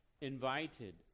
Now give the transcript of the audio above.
invited